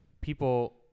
people